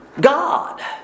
God